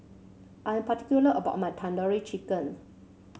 I am particular about my Tandoori Chicken